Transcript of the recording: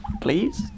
please